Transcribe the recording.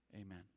Amen